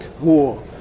war